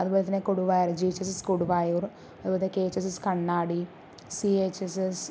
അതുപോലെത്തന്നെ കൊടുവാര G H S S Koduvayur അതുപോലെത്തന്നെ K H S S Kannadi C A H S S